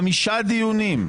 חמישה דיונים,